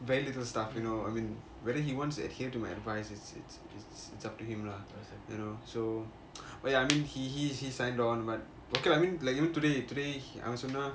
very little stuff you know I mean whether he wants to adhere to my advice it's it's it's it's up to him lah you know so oh ya I mean he he's he signed on but okay lah like you know today today he அவன் சொன்னான்:avan sonnan